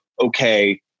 okay